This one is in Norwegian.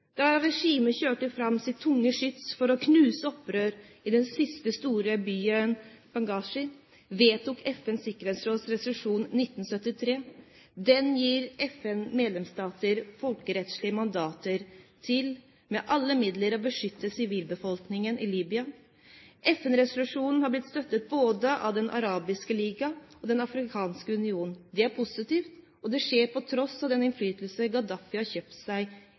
Da regimet kjørte fram sitt tunge skyts for å knuse opprøret i den siste store byen, Benghazi, vedtok FNs sikkerhetsråd resolusjon 1973. Den gir FNs medlemsstater folkerettslig mandat til med «alle midler» å beskytte sivilbefolkningen i Libya. FN-resolusjonen har blitt støttet av både Den arabiske liga og Den afrikanske union. Det er positivt – og det skjer på tross av den innflytelse Gaddafi har kjøpt seg